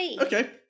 Okay